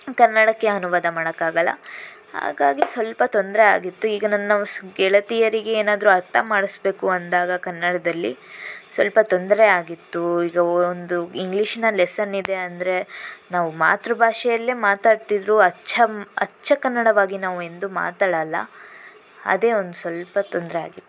ಕನ್ನಡಕ್ಕೆ ಅನುವಾದ ಮಾಡೋಕ್ಕಾಗಲ್ಲ ಹಾಗಾಗಿ ಸ್ವಲ್ಪ ತೊಂದರೆ ಆಗಿತ್ತು ಈಗ ನನ್ನ ಹೊಸ ಗೆಳತಿಯರಿಗೆ ಏನಾದ್ರೂ ಅರ್ಥ ಮಾಡಿಸ್ಬೇಕು ಅಂದಾಗ ಕನ್ನಡದಲ್ಲಿ ಸ್ವಲ್ಪ ತೊಂದರೆ ಆಗಿತ್ತು ಈಗ ಒಂದು ಇಂಗೀಷ್ನ ಲೆಸನ್ ಇದೆ ಅಂದರೆ ನಾವು ಮಾತೃಭಾಷೆಯಲ್ಲೇ ಮಾತಾಡ್ತಿದ್ರು ಅಚ್ಚಂ ಅಚ್ಚ ಕನ್ನಡವಾಗಿ ನಾವು ಎಂದೂ ಮಾತಾಡೋಲ್ಲ ಅದೇ ಒಂದು ಸ್ವಲ್ಪ ತೊಂದರೆ ಆಗಿತ್ತು